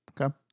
Okay